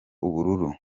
ubururu